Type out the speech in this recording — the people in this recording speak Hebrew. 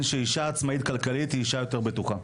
שאישה עצמאית כלכלית היא אישה יותר בטוחה.